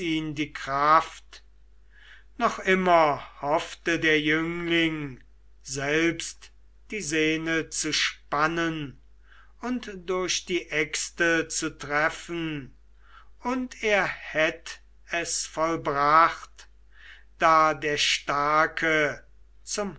die kraft noch immer hoffte der jüngling selbst die senne zu spannen und durch die äxte zu treffen und er hätt es vollbracht da der starke zum